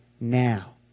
now